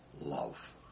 love